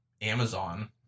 Amazon